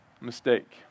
Mistake